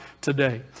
today